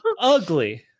ugly